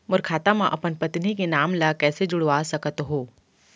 मोर खाता म अपन पत्नी के नाम ल कैसे जुड़वा सकत हो?